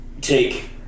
take